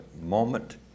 moment